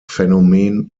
phänomen